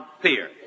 fear